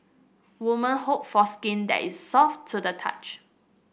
women hope for skin that is soft to the touch